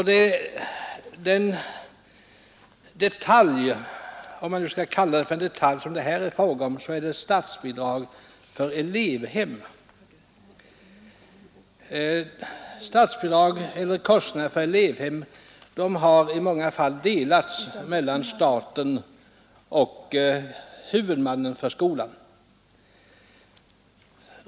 Den detalj — om man nu kan kalla det för en detalj — som det här är fråga om är statsbidraget för elevhem. Detta bidrag har i många fall delats mellan staten och huvudmannen för skolan.